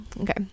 okay